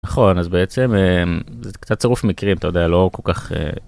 נכון אז בעצם זה קצת צירוף מקרים אתה יודע לא כל כך.